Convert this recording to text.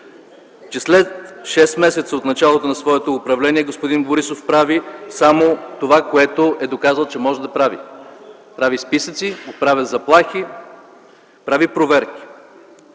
че след 6 месеца от началото на своето управление господин Борисов прави само това, което е доказал, че може да прави – прави списъци, отправя заплахи, прави проверки.